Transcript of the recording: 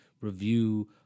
review